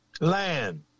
Land